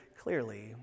clearly